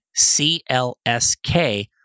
CLSK